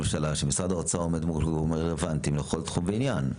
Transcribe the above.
משרד האוצר עומד מול הגורמים הרלוונטיים לכל תחום ועניין.